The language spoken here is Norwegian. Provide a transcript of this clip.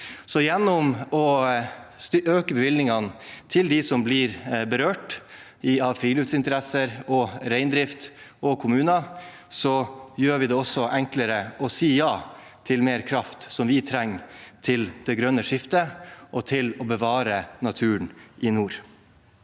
Gjennom å øke bevilgningene til dem som blir berørt – friluftsinteresser, reindrift og kommuner – gjør vi det også enklere å si ja til mer kraft, som vi trenger til det grønne skiftet, og til å bevare naturen i nord.